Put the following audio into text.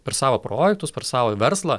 per savo projektus per savo verslą